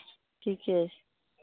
ठीके छै